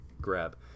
grab